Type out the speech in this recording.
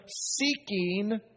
seeking